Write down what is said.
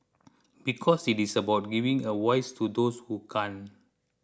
because it is about giving a voice to those who can